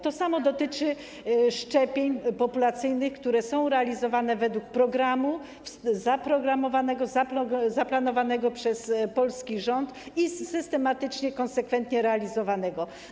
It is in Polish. To samo dotyczy szczepień populacyjnych, które są realizowane według programu zaplanowanego przez polski rząd i systematycznie, konsekwentnie realizowanego.